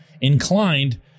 inclined